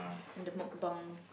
and the mukbang